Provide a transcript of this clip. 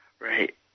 Right